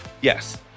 Yes